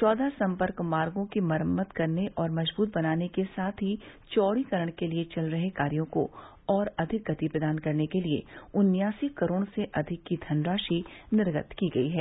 चौदह संपर्क मार्गो की मरम्मत करने व मजबूत बनाने के साथ ही चौड़ीकरण के लिए चल रहे कार्यों को और अधिक गति प्रदान करने के लिए उन्यासी करोड़ से अधिक की धनराशि निर्गत की गई है